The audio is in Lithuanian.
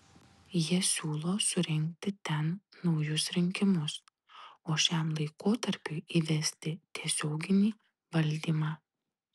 jie siūlo surengti ten naujus rinkimus o šiam laikotarpiui įvesti tiesioginį valdymą